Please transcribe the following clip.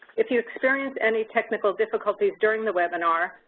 if you experience any technical difficulties during the webinar,